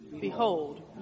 Behold